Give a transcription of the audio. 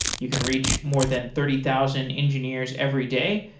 you can reach more than thirty thousand engineers every day,